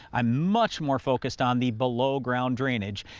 i'm much more focused on the below ground drainage.